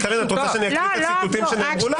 קארין, את רוצה שאני אקריא את הציטוטים שנאמרו לך?